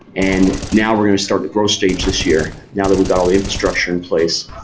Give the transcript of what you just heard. and now we're going to start the growth stage this year, now that we've got all the infrastructure in place.